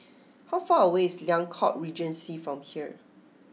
how far away is Liang Court Regency from here